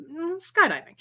skydiving